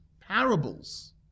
parables